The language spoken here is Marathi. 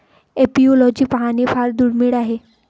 एपिओलॉजी पाहणे फार दुर्मिळ आहे